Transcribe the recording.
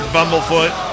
Bumblefoot